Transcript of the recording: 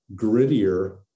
grittier